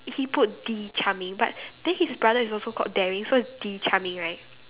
he put D charming but then his brother is also called daring so it's D charming right